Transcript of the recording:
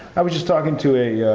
i was just talking to a